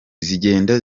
zigenda